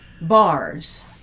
Bars